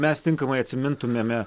mes tinkamai atsimintumėme